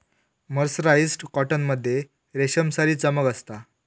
mercerised cotton मध्ये रेशमसारी चमक असता